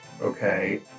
Okay